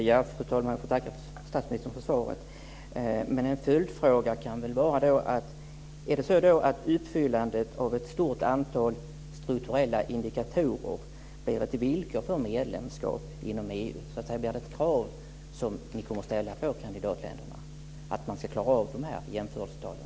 Fru talman! Jag tackar statsministern för svaret. En följdfråga blir då följande. Blir då utfyllandet av ett stort antal strukturella indikatorer ett villkor för medlemskap inom EU, dvs. det blir ett krav på kandidatländerna att klara jämförelsetalen?